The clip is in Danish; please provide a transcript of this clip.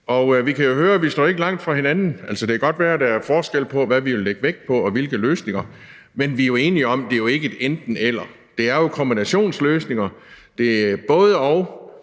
Og vi kan jo høre, at vi ikke står langt fra hinanden. Altså, det kan godt være, at der er forskel på, hvad vi vil lægge vægt på, og hvilke løsninger vi vil have. Man vi er jo enige om, at det ikke er et enten-eller. Det er jo kombinationsløsninger; det er både-og;